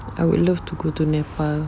I would love to go to nepal